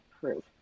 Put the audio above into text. proof